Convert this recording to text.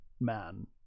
man